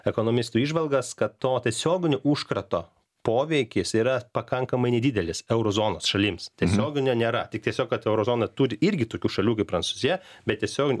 ekonomistų įžvalgas kad to tiesioginio užkrato poveikis yra pakankamai nedidelis euro zonos šalims tiesioginio nėra tik tiesiog kad euro zona turi irgi tokių šalių kaip prancūzija bet tiesiog